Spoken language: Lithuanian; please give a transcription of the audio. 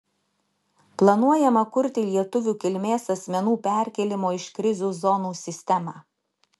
planuojama kurti lietuvių kilmės asmenų perkėlimo iš krizių zonų sistemą